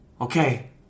Okay